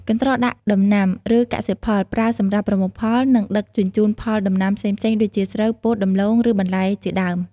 កន្ត្រកដាក់ដំណាំ ឬកសិផល ប្រើសម្រាប់ប្រមូលផល និងដឹកជញ្ជូនផលដំណាំផ្សេងៗ ដូចជាស្រូវ ពោត ដំឡូង ឬបន្លែជាដើម។